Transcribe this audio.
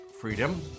freedom